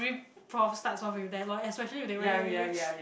prof starts off with them lor eh especially if they